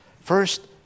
First